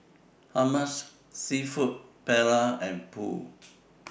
Hummus Seafood Paella and Pho